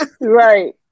right